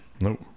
Nope